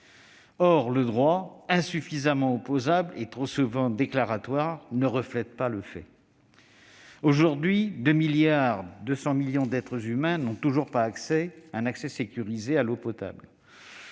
Or le droit, insuffisamment opposable et trop souvent déclaratoire, ne reflète pas le fait. Aujourd'hui, 2,2 milliards d'êtres humains n'ont toujours pas un accès sécurisé à l'eau potable.